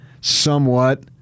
somewhat